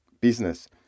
business